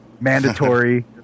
mandatory